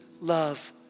love